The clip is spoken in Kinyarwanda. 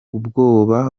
ubwoba